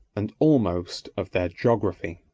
and almost of their geography.